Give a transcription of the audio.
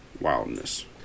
Wildness